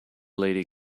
lady